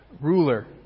ruler